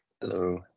Hello